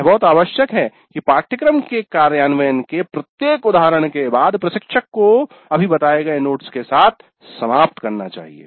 यह बहुत आवश्यक है कि पाठ्यक्रम के कार्यान्वयन के प्रत्येक उदाहरण के बाद प्रशिक्षक को अभी बताये गए नोट्स के साथ समाप्त करना चाहिए